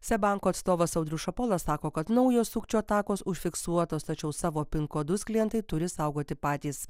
seb banko atstovas audrius šapola sako kad naujos sukčių atakos užfiksuotos tačiau savo pin kodus klientai turi saugoti patys